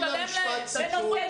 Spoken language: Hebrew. מי מנהל את המשבר הזה?